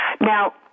Now